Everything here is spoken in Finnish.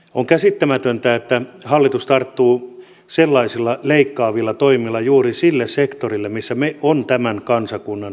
on käsittämätöntä että hallitus tarttuu sellaisilla leikkaavilla toimilla juuri sille sektorille missä ovat tämän kansakunnan tulevaisuuden mahdollisuudet